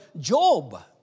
Job